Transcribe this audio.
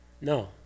No